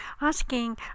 asking